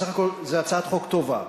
בסך הכול זו הצעת חוק טובה.